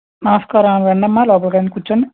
నమస్కారం రండమ్మా లోపలికి రండి కూర్చోండి